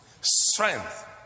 strength